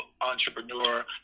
entrepreneur